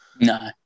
No